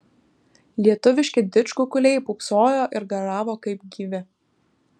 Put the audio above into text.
lietuviški didžkukuliai pūpsojo ir garavo kaip gyvi